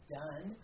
done